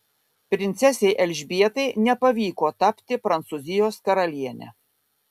princesei elžbietai nepavyko tapti prancūzijos karaliene